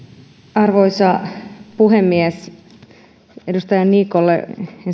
arvoisa puhemies edustaja niikolle